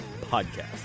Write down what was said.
Podcast